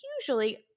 usually